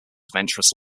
adventurous